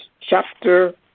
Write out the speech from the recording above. chapter